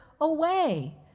away